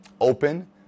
open